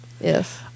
yes